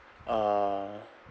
uh